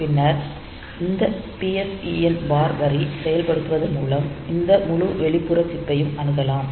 பின்னர் இந்த PSEN bar வரி செயல்படுத்துவதன் மூலம் இந்த முழு வெளிப்புற சிப் பையும் அணுகலாம்